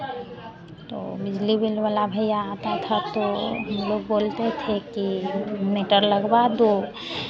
तो बिजली बिल वाला भैया आता था तो हम लोग बोलते थे कि मीटर लगवा दो